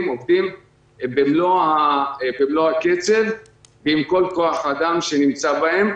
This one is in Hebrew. עובדים במלוא הקצב ועם כל כוח האדם שנמצא בהם.